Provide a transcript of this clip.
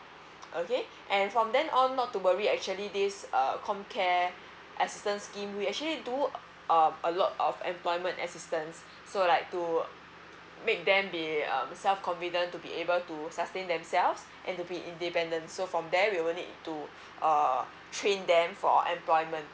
okay and from then on not to worry actually this err comcare assistant scheme we actually do uh a lot of employment assistance so like to make them pay um self confident to be able to sustain themselves and to be independent so from there we will need to uh train them for employment